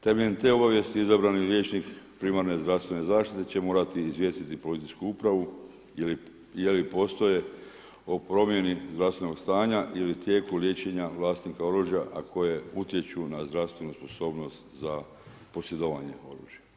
Temeljem te obavijesti izabrani liječnik primarne zdravstvene zaštite će morati izvijestiti policijsku upravu ili postaju o promjeni zdravstvenog stanja ili tijeku liječenja vlasnika oružja a koje utječu na zdravstvenu sposobnost za posjedovanje oružja.